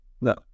No